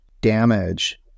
damage